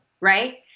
right